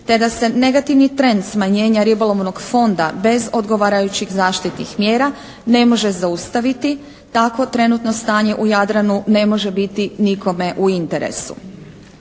te da se negativni trend smanjenja ribolovnog fonda bez odgovarajućih zaštitnih mjera ne može zaustaviti, tako trenutno stanje u Jadranu ne može biti nikome u interesu.